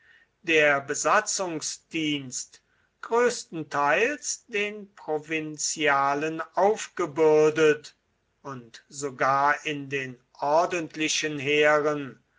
der besatzungsdienst größtenteils den provinzialen aufgebürdet und sogar in den ordentlichen heeren